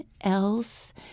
else